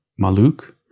Maluk